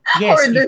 Yes